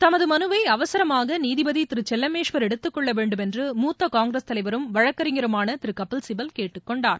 தமது மனுவை அவசரமாக நீதிபதி திரு செல்லமேஷ்வா் எடுத்துகொள்ள வேண்டும் என்று மூத்த காங்கிரஸ் தலைவரும் வழக்கறிஞருமான திரு கபில் சிபல் கேட்டுக்கொண்டார்